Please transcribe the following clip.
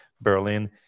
berlin